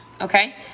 Okay